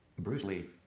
bruce lee.